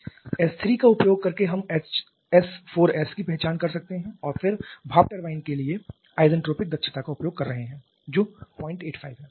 S3 का उपयोग करके हम s4s की पहचान कर सकते हैं और फिर भाप टरबाइन के लिए isentropic दक्षता का उपयोग कर रहे हैं जो 085 है